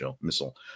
missile